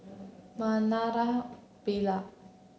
Naraina Pillai